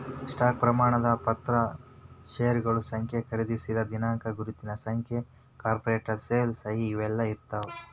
stock ಪ್ರಮಾಣ ಪತ್ರ ಷೇರಗಳ ಸಂಖ್ಯೆ ಖರೇದಿಸಿದ ದಿನಾಂಕ ಗುರುತಿನ ಸಂಖ್ಯೆ ಕಾರ್ಪೊರೇಟ್ ಸೇಲ್ ಸಹಿ ಇವೆಲ್ಲಾ ಇರ್ತಾವ